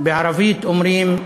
בערבית אומרים: